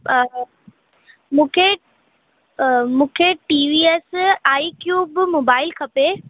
मूंखे मूंखे T V S I Q mobile खपे